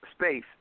space